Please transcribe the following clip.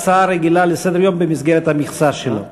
הצעה רגילה לסדר-יום במסגרת המכסה שלו בנושא: